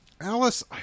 Alice